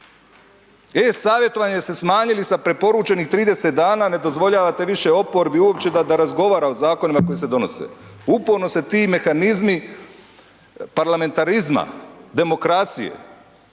E-savjetovanje ste smanjili sa preporučenih 30 dana, ne dozvoljavate više oporbi uopće da razgovara o zakonima koji se donose. Uporno se ti mehanizmi parlamentarizma, demokracije